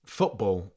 football